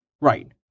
Right